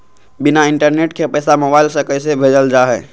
बिना इंटरनेट के पैसा मोबाइल से कैसे भेजल जा है?